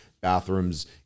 bathrooms